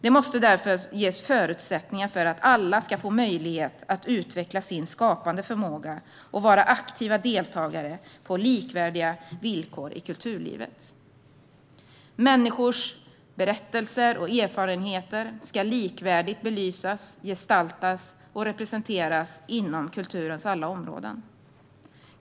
Det måste därför ges förutsättningar för att alla ska få möjlighet att utveckla sin skapande förmåga och vara aktiva deltagare på likvärdiga villkor i kulturlivet. Människors berättelser och erfarenheter ska belysas, gestaltas och representeras likvärdigt inom kulturens alla områden.